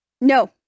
No